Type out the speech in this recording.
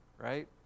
right